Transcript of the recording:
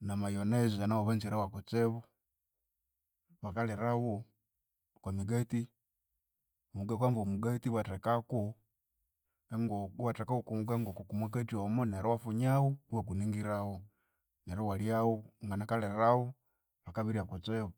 namayoneza nawu banzirewo kutsibu. Bakalirawo okwamigati, wukahamba omugati iwathekako enkoko iwatheka okwankoko omwakati omo neryu iwafunyawo iwakuningirawu neryu iwalyawu. Wanginakalhirirawu bakabirya kutsibu.